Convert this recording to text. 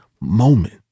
moment